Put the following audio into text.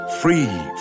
Free